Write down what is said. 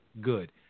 good